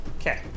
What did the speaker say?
Okay